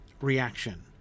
reaction